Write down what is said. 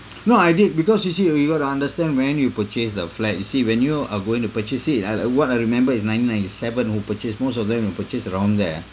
no I did because you see you you got to understand when you purchase the flat you see when you are going to purchase it I I what I remember is nineteen ninety seven who purchased most of them who purchased around there